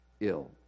ill